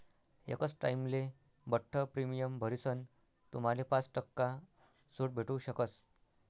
एकच टाइमले बठ्ठ प्रीमियम भरीसन तुम्हाले पाच टक्का सूट भेटू शकस